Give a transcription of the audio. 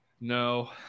No